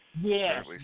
Yes